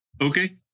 Okay